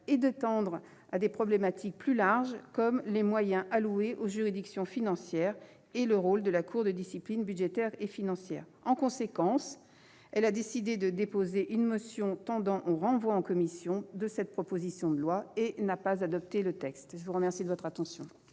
et de l'étendre à des problématiques plus larges, comme les moyens alloués aux juridictions financières et le rôle de la Cour de discipline budgétaire et financière. En conséquence, elle a décidé de déposer une motion tendant au renvoi à la commission de la proposition de loi et n'a pas adopté le texte. La parole est à M.